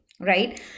right